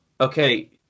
okay